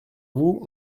vous